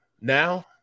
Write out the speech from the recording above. now